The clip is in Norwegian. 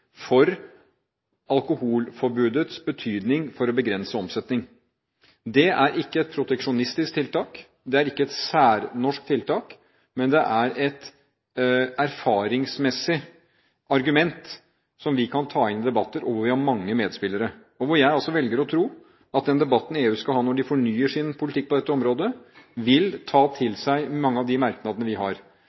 for alkoholforbudets betydning for å begrense omsetning. Det er ikke et proteksjonistisk tiltak, det er ikke et særnorsk tiltak, men det er et erfaringsmessig argument som vi kan ta inn i debatter, og hvor vi har mange medspillere. Jeg velger å tro at den debatten EU skal ha når de fornyer sin politikk på dette området, vil ta til seg mange av de merknadene vi har.